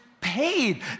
paid